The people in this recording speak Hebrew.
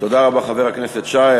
תודה רבה, חבר הכנסת שי.